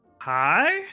hi